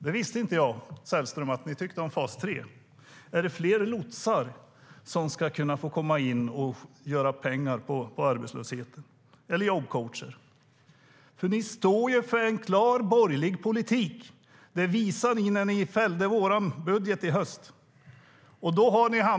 Jag visste inte att Sverigedemokraterna tyckte om fas 3. Är det fler lotsar och jobbcoacher som ska få göra pengar på arbetslösheten? Ni står för en borgerlig politik. Det visade ni när ni fällde vår budget i höstas.